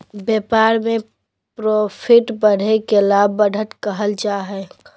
व्यापार में प्रॉफिट बढ़े के लाभ, बढ़त कहल जा हइ